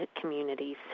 communities